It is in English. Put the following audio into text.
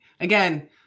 Again